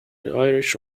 irish